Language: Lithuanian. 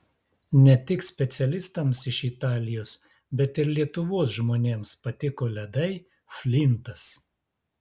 ne tik specialistams iš italijos bet ir lietuvos žmonėms patiko ledai flintas